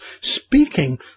speaking